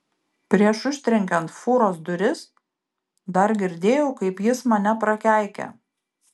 prieš užtrenkiant fūros duris dar girdėjau kaip jis mane prakeikia